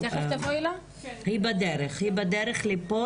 היא בדרך לפה,